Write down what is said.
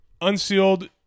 Unsealed